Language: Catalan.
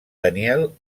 daniel